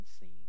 seen